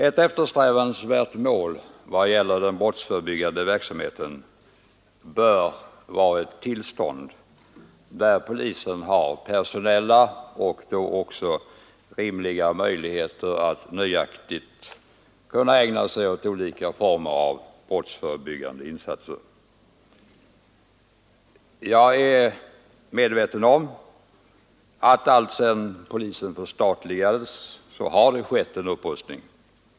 Ett eftersträvansvärt mål när det gäller den brottsförebyggande verksamheten bör vara ett tillstånd där polisen har rimliga personella möjligheter att nöjaktigt ägna sig åt olika former av brottsförebyggande insatser. Jag är medveten om att det har skett en upprustning alltsedan polisen förstatligades.